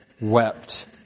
wept